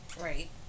Right